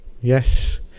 Yes